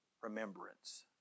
remembrance